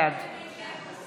בעד